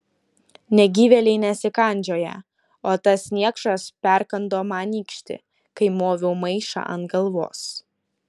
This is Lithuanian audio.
negyvėliai nesikandžioja o tas niekšas perkando man nykštį kai moviau maišą ant galvos